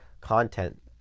content